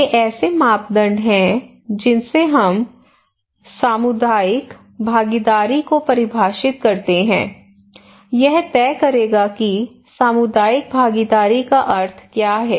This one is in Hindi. ये ऐसे मापदंड हैं जिनसे हम सामुदायिक भागीदारी को परिभाषित करते हैं यह तय करेगा कि सामुदायिक भागीदारी का अर्थ क्या है